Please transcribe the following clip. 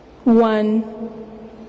One